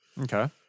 Okay